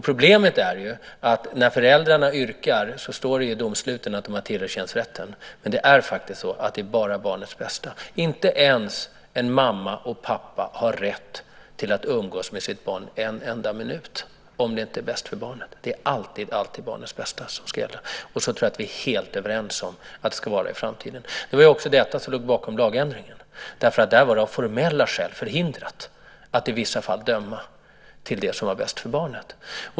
Problemet är att när föräldrarna yrkar står det i domstolen att de har tillerkänts rätten. Men det handlar bara om barnets bästa. Inte ens en mamma och en pappa har rätt att umgås med sitt barn en enda minut om det inte är bäst för barnet. Det är alltid barnets bästa som ska gälla. Jag tror att vi är helt överens om att det också ska vara så i framtiden. Det var detta som låg bakom lagändringen. Man var av formella skäl förhindrad att i vissa fall döma till det som var bäst för barnet.